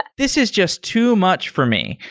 this is just too much for me.